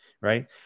right